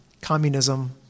communism